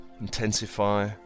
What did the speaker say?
Intensify